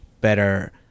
better